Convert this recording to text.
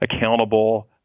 accountable